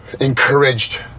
encouraged